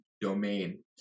domain